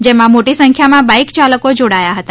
જેમાં મોટી સંખ્યામાં બાઇક ચાલકોજોડાયા હતા